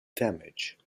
damage